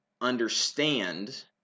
understand